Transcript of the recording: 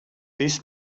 this